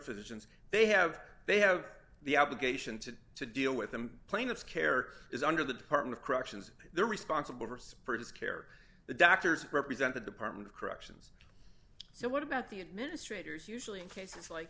physicians they have they have the obligation to to deal with them plaintiff's care is under the department of corrections they're responsible for sprigs care the doctors represent the department of corrections so what about the administrators usually in cases like